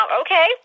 okay